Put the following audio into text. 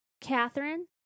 Catherine